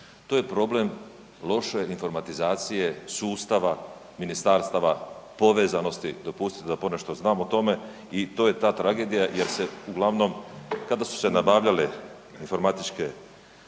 To je problem loše informatizacije sustava ministarstava povezanosti, dopustite da ponešto znam o tome, i to je ta tragedija jer se uglavnom kada su se nabavljale informatičke